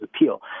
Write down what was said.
appeal